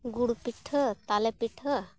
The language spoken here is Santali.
ᱜᱩᱲ ᱯᱤᱴᱷᱟᱹ ᱛᱟᱞᱮ ᱯᱤᱴᱷᱟᱹ